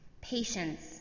Patience